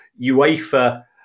UEFA